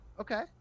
Okay